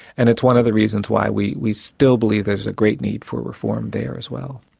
and it's one of the reasons why we we still believe there is a great need for reform there as well.